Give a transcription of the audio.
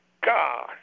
God